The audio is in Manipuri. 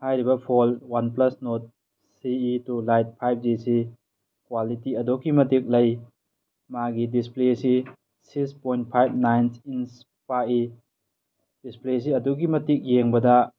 ꯍꯥꯏꯔꯤꯕ phone one plus Nord C E two lite five G C quality ꯑꯗꯨꯛꯀꯤ ꯃꯇꯤꯛ ꯂꯩ ꯃꯥꯒꯤ ꯗꯤꯁꯄ꯭ꯂꯦꯁꯤ six point five nine inch ꯄꯥꯛꯏ ꯗꯤꯁꯄ꯭ꯂꯦꯁꯤ ꯑꯗꯨꯛꯀꯤ ꯃꯇꯤꯛ ꯌꯦꯡꯕꯗ